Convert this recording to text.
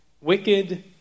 Wicked